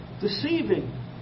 deceiving